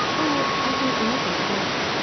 oh, i don't know about that.